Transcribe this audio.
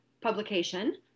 publication